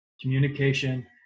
communication